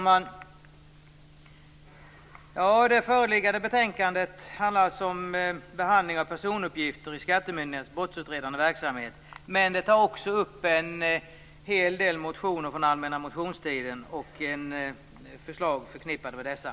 Herr talman! Det föreliggande betänkandet handlar om behandlingen av personuppgifter i skattemyndigheternas brottsutredande verksamhet. Men det tar också upp en hel del motioner från den allmänna motionstiden och förslag förknippade med dessa.